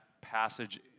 passage